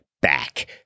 back